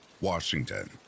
Washington